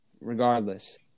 regardless